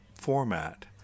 format